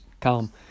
Calm